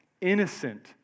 innocent